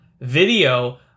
video